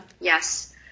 yes